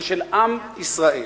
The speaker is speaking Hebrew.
היא של עם ישראל,